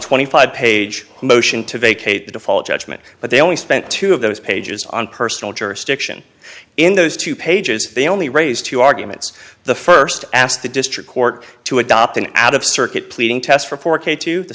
twenty five page motion to vacate the default judgment but they only spent two of those pages on personal jurisdiction in those two pages they only raised two arguments the first asked the district court to adopt an out of circuit pleading test for four k to the